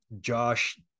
Josh